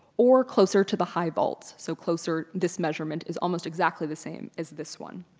or closer to the high vaults, so closer. this measurement is almost exactly the same as this one.